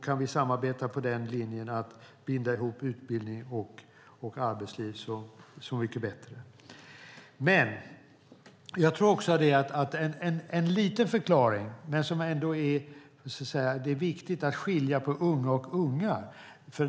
Kan vi samarbeta på linjen att binda ihop utbildning och arbetsliv, så mycket bättre! Men jag tror också, som en liten förklaring, att det är viktigt att skilja på unga och unga.